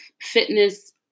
fitness